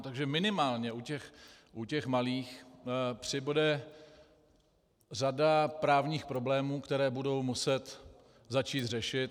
Takže minimálně u těch malých přibude řada právních problémů, které budou muset začít řešit.